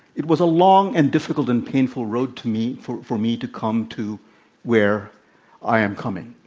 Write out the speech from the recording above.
it was a long, and difficult, and painful road to me for for me to come to where i am coming.